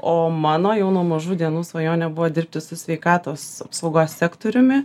o mano jau nuo mažų dienų svajonė buvo dirbti su sveikatos apsaugos sektoriumi